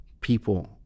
people